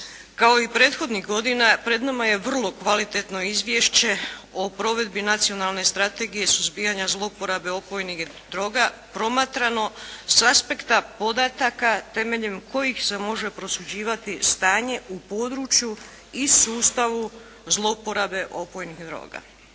Kao i prethodnih godina pred nama je vrlo kvalitetno izvješće o provedbi Nacionalne strategije suzbijanja zlouporabe opojnih droga promatrano s aspekta podataka temeljem kojih se može prosuđivati stanje u području i sustavu zlouporabe opojnih droga.